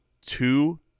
two